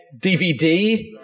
DVD